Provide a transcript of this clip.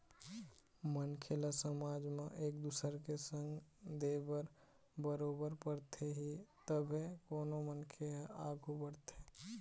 मनखे ल समाज म एक दुसर के संग दे बर बरोबर परथे ही तभे कोनो मनखे ह आघू बढ़थे